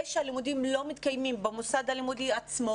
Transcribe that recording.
זה שהלימודים לא מתקיימים במוסד הלימוד עצמו,